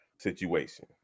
situation